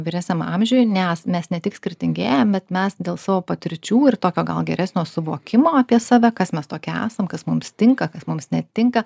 vyresniam amžiui nes mes ne tik skirtingėjam bet mes dėl savo patirčių ir tokio gal geresnio suvokimo apie save kas mes tokie esam kas mums tinka kas mums netinka